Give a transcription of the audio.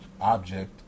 object